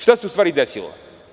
Šta se u stvari desilo?